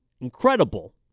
incredible